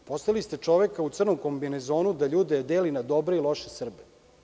Poslali ste čoveka u crnom kombinezonu da ljude deli na dobre i loše Srbe.